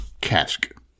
cask